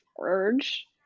urge